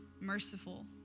merciful